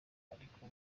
ariko